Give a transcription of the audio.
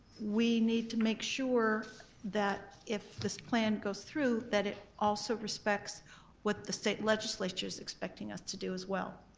we need to make sure that if this plan goes through, that it also respects what the state legislature's expecting us to do as well.